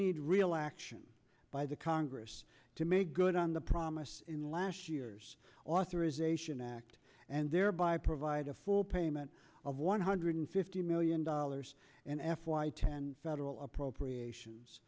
need real action by the congress to make good on the promise in last year's authorization act and thereby provide a full payment of one hundred fifty million dollars in f y ten federal appropriations